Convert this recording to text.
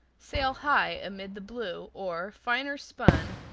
sail high amid the blue, or, finer spun,